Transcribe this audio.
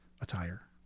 attire